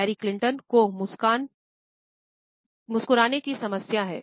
Hillary Clinton को मुस्कुराने की समस्या है